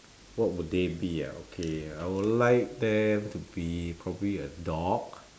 what would they be ah okay I would like them to be probably a dog